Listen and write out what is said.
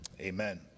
Amen